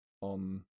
on